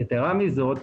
יתרה מזאת,